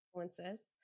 influences